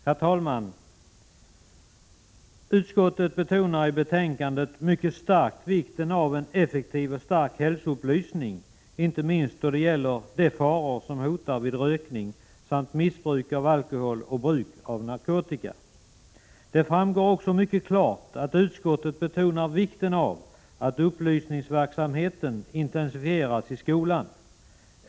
Herr talman! Utskottet betonar i betänkandet mycket starkt vikten av en effektiv och stark hälsoupplysning, inte minst då det gäller de faror som hotar vid rökning samt missbruk av alkohol och bruk av narkotika. Det framgår också mycket klart att utskottet betonar vikten av att upplysningsverksamheten intensifieras i skolan.